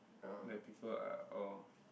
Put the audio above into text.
the people are all